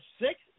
six